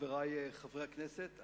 חברי חברי הכנסת,